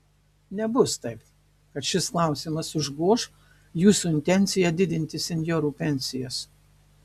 nebus taip kad šis klausimas užgoš jūsų intenciją didinti senjorų pensijas